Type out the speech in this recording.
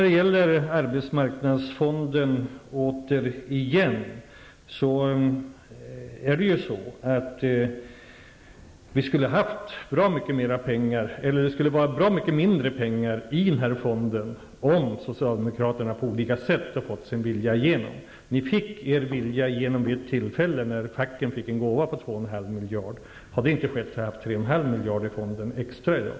Det skulle finnas betydligt mindre pengar i arbetsmarknadsfonden om socialdemokraterna på olika sätt skulle ha fått sin vilja igenom. Ni fick er vilja igenom vid ett tillfälle när facken fick en gåva på 2,5 miljarder. Hade det inte skett hade vi haft 3,5 miljarder extra i fonden i dag.